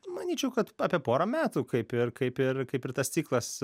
manyčiau kad apie porą metų kaip ir kaip ir kaip ir tas ciklas